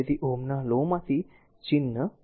તેથી ઓહ્મના લો માંથી ચિહ્ન છે